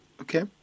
okay